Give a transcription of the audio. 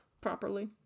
properly